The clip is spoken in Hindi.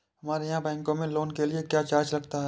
हमारे यहाँ बैंकों में लोन के लिए क्या चार्ज लगता है?